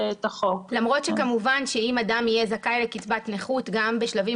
למרות שכמובן שאם אדם יהיה זכאי לקצבת נכות גם בשלבים